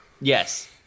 Yes